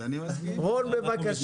רון, בבקשה.